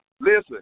Listen